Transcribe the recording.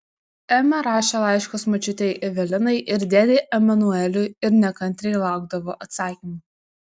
ema rašė laiškus močiutei evelinai ir dėdei emanueliui ir nekantriai laukdavo atsakymų